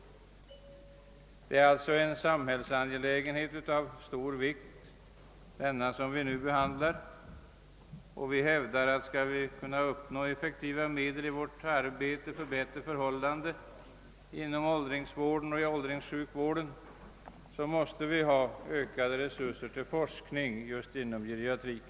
Det är alltså en samhällsangelägenhet av stor vikt som vi nu behandlar. Vi hävdar att om vi skall få effektiva medel i arbetet att skapa bättre förhållanden inom åldringsvården och åldringssjukvården måste vi ha ökade resurser för forskning i geriatrik.